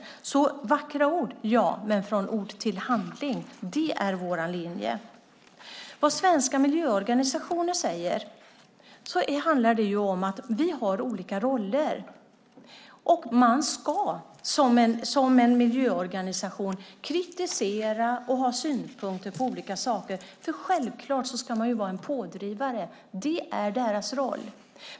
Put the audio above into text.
Det är bra med vackra ord. Men att gå från ord till handling är vår linje. Svenska miljöorganisationer och vi har olika roller. En miljöorganisation ska kritisera och ha synpunkter på olika saker. Självklart ska man vara en pådrivare. Det är en miljöorganisations roll.